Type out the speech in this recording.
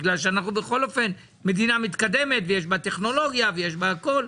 כי בכל אופן אנחנו מדינה מתקדמת שיש בה טכנולוגיה ויש בה הכול,